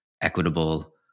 equitable